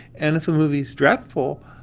and if the movie is dreadful,